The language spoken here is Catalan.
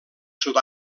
sud